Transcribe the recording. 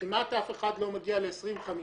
כמעט אף אחד לא מגיע ל-2050.